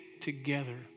together